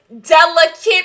delicate